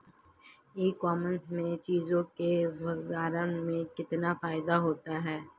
ई commerce में चीज़ों के भंडारण में कितना फायदा होता है?